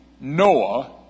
Noah